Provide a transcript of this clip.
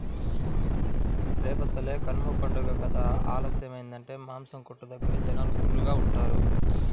రేపసలే కనమ పండగ కదా ఆలస్యమయ్యిందంటే మాసం కొట్టు దగ్గర జనాలు ఫుల్లుగా ఉంటారు